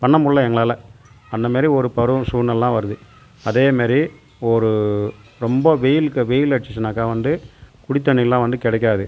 பண்ண முல்ல எங்களால் அந்த மாதிரி ஒரு பருவம் சூழ்நிலை எல்லாம் வருது அதே மாதிரி ஒரு ரொம்ப வெயில் வெயில் அடிச்சுனாக்கா வந்து குடிதண்ணி எல்லாம் வந்து கிடைக்காது